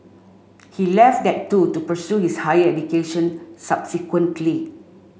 he left that too to pursue his higher education subsequently